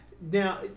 now